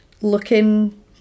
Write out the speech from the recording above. looking